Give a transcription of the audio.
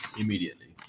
Immediately